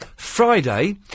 Friday